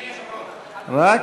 אדוני היושב-ראש.